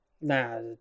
Nah